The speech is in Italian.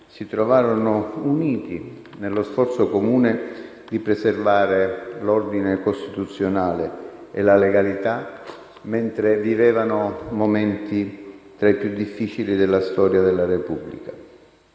si trovarono uniti nello sforzo comune di preservare l'ordine costituzionale e la legalità, mentre vivevano momenti tra i più difficili della storia della Repubblica.